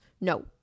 No